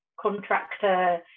contractor